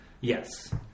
Yes